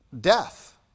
death